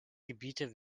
gebiete